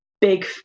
big